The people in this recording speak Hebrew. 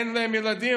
אין להם ילדים,